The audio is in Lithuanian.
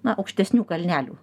na aukštesnių kalnelių